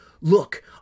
look